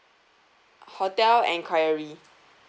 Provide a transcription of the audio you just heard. hotel enquiry